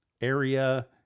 area